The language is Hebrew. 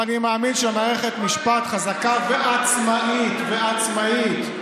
אבל אני מאמין שמערכת משפט חזקה ועצמאית" ועצמאית,